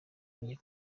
muri